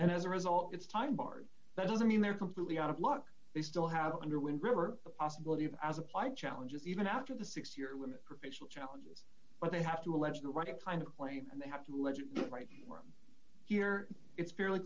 and as a result it's time barred that doesn't mean they're completely out of luck they still have under wind river the possibility of as applied challenges even after the six year limit provisional challenges but they have to allege the right kind of claim and they have to allege right from here it's fairly